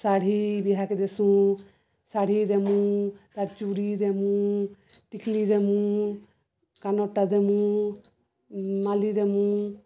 ଶାଢ଼ୀ ବିହାକେ ଦେଶୁଁ ଶାଢ଼ୀ ଦେମୁଁ ତାର୍ ଚୁଡ଼ି ଦେମୁ ଟିକିଲି ଦେମୁ କାନରଟା ଦେମୁ ମାଲି ଦେମୁ